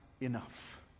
enough